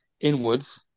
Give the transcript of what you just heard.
inwards